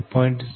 00477 0